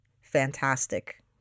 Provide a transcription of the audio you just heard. fantastic